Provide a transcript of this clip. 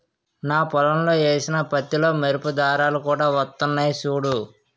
నా పొలంలో ఏసిన పత్తిలో మెరుపు దారాలు కూడా వొత్తన్నయ్ సూడూ